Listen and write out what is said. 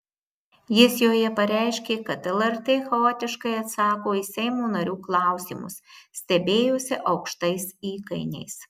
jis joje pareiškė kad lrt chaotiškai atsako į seimo narių klausimus stebėjosi aukštais įkainiais